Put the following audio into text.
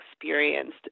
experienced